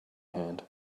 hand